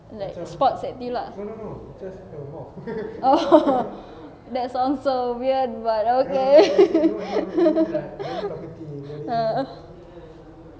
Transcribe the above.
like sports active oh that sounds so weird but okay uh